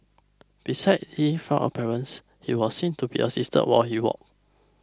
besides Li's frail appearance he was seen to be assisted while he walked